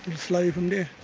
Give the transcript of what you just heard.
slow you from there.